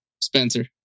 Spencer